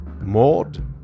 Maud